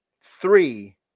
three